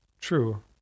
true